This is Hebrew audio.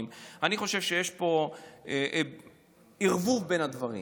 אני חושב שיש פה ערבוב בין הדברים,